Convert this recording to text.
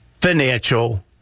financial